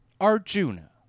Arjuna